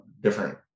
different